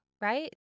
right